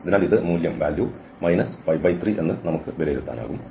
അതിനാൽ ഇത് മൂല്യം വരും 53 എന്ന് നമുക്ക് വിലയിരുത്താം